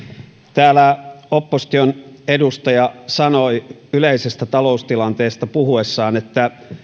täällä opposition edustaja sanoi yleisestä taloustilanteesta puhuessaan että